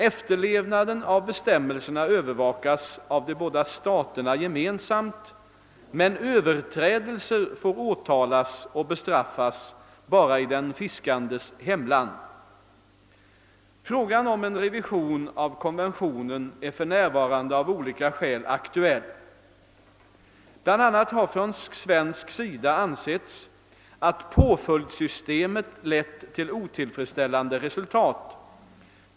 Efterlevnaden av bestämmelserna övervakas av de båda staterna gemensamt, men överträdelser får åtalas och bestraffas bara i den fiskandes hemland. Frågan om en revision av konventionen är för närvarande av olika skäl aktuell. Bl. a. har från svensk sida ansetts att påföljdssystemet lett till otillfredsställande resultat.